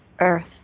earth